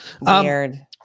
weird